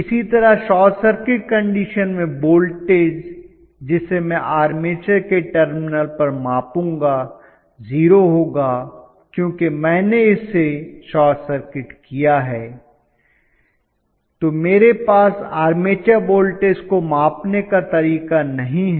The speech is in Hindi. इसी तरह शॉर्ट कंडीशन में वोल्टेज जिसे मैं आर्मेचर के टर्मिनल पर मापूंगा 0 होगा क्योंकि मैंने इसे शॉर्ट सर्किट किया है तो मेरे पास आर्मेचर वोल्टेज को मापने का तरीका नहीं है